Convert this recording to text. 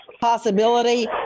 possibility